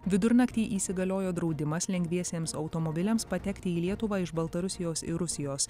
vidurnaktį įsigaliojo draudimas lengviesiems automobiliams patekti į lietuvą iš baltarusijos ir rusijos